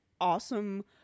awesome